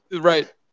Right